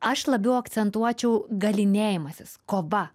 aš labiau akcentuočiau galynėjimasis kova